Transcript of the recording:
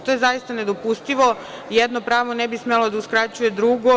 To je zaista nedopustivo, jedno pravo ne bi smelo da uskraćuje drugo.